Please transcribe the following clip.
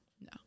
No